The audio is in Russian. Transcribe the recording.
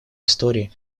истории